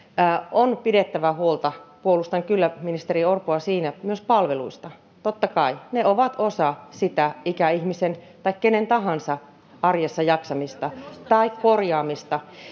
on pidettävä huolta puolustan kyllä ministeri orpoa siinä myös palveluista totta kai ne ovat osa sitä ikäihmisen tai kenen tahansa arjessa jaksamista tai korjaamista